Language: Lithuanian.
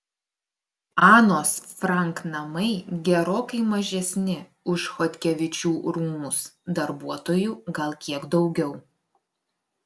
anos frank namai gerokai mažesni už chodkevičių rūmus darbuotojų gal kiek daugiau